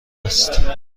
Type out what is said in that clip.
است